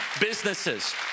businesses